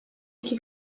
iki